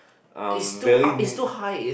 uh very